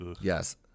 Yes